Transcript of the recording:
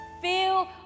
feel